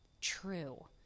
true